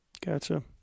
gotcha